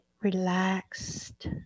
relaxed